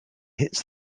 hits